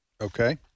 Okay